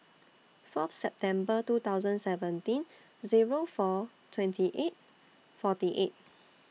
Fourth September two thousand seventeen Zero four twenty eight forty eight